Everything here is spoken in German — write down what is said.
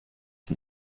den